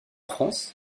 france